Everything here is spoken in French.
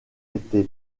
été